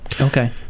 okay